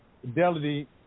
Fidelity